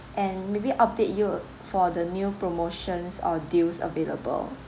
and maybe update you for the new promotions or deals available